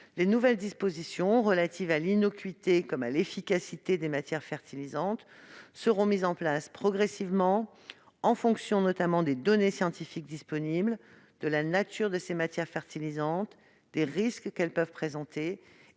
Les nouvelles dispositions relatives à l'innocuité comme à l'efficacité des matières fertilisantes seront mises en place progressivement, en fonction notamment des données scientifiques disponibles, de la nature de ces matières fertilisantes, des risques qu'elles peuvent présenter,